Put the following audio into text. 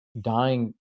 dying